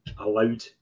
allowed